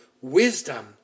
wisdom